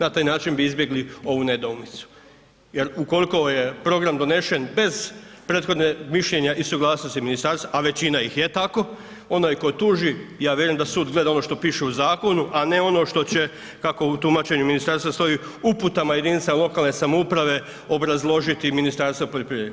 Na taj način bi izbjegli ovu nedoumicu jer ukoliko je program donesen bez prethodnog mišljenja i suglasnosti ministarstva, a većina ih je tako, onaj tko tuži, ja vjerujem da sud gleda ono što piše u zakonu a ne ono što će kako u tumačenju ministarstva stoji, uputama jedinicama lokalne samouprave, obrazložiti Ministarstvo poljoprivrede.